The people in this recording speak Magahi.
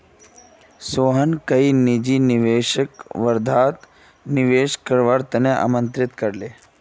सोहन कईल निजी निवेशकक वर्धात निवेश करवार त न आमंत्रित कर ले